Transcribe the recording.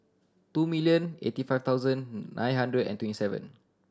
two million eighty five thousand nine hundred and twenty seven